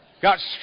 Got